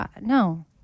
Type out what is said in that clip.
No